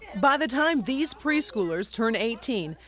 by the time these pre-schoolers turn eighteen,